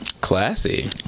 classy